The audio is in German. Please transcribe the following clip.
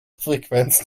frequenz